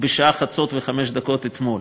בשעה 00:05 אתמול.